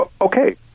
Okay